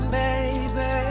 baby